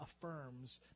affirms